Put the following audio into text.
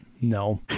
No